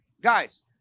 Guys